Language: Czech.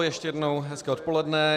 Ještě jednou hezké odpoledne.